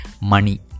money